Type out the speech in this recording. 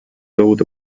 thought